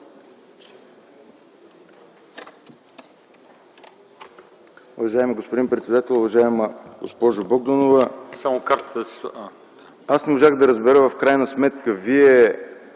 Уважаеми господин председател, уважаема госпожо Богданова! Аз не можах да разбера в крайна сметка Вие